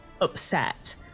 upset